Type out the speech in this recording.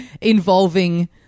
involving